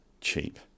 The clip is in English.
cheap